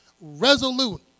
resolute